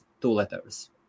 two-letters